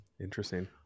Interesting